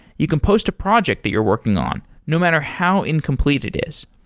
you can post a project that you're working on no matter how incomplete it is.